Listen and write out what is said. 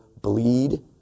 bleed